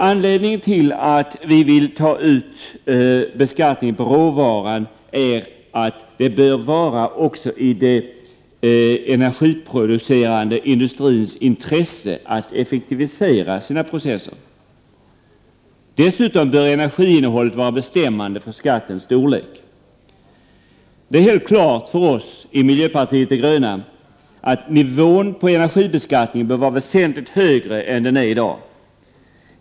Anledningen till att vi vill ta ut skatt på råvaran är att det bör ligga också i den energiproducerande industrins intresse att effektivisera sina processer. Dessutom bör energiinnehållet vara bestämmande för skattens storlek. Det är helt klart för oss i miljöpartiet de gröna att nivån på energibeskattningen bör vara väsentligt högre än den är i dag.